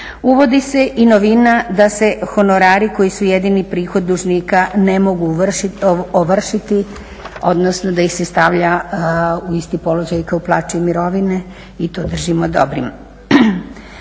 Uvodi se i novina da se honorari koji su jedini prihod dužnika ne mogu ovršiti odnosno da ih se stavlja u isti položaj kao i plaće i mirovine, i to držimo dobrim.